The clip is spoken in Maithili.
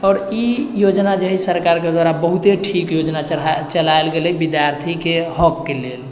आओर ई योजना जे हइ सरकारके द्वारा बहुते ठीक योजना चलाएल गेलै विद्यार्थीके हकके लेल